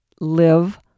live